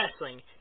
wrestling